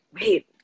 wait